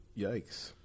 Yikes